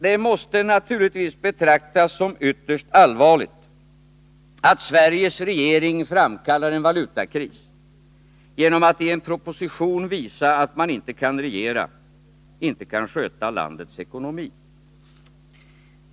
Det måste naturligtvis betraktas som ytterst allvarligt att Sveriges regering framkallar en valutakris genom att i en proposition visa att den inte kan regera, inte kan sköta landets ekonomi.